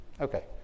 okay